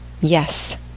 Yes